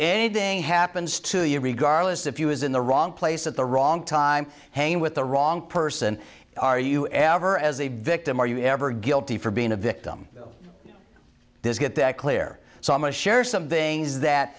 anything happens to you regardless if you was in the wrong place at the wrong time hang with the wrong person are you ever as a victim are you ever guilty for being a victim does get that clear so i'm going to share some things that